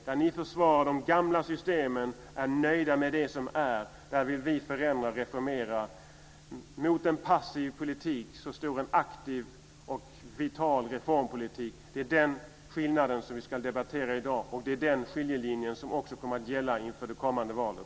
Där ni försvarar de gamla systemen, är nöjda med det som är, där vill vi förändra och reformera. Mot en passiv politik står en aktiv och vital reformpolitik. Det är den skillnaden vi ska debattera i dag, och det är skiljelinjen som också kommer att gälla inför det kommande valet.